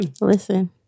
Listen